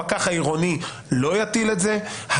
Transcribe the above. הפקח העירוני לא יטיל את זה,